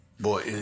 Boy